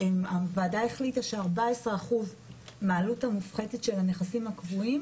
הוועדה החליטה ש-14% מהעלות המופחתת של הנכסים הקבועים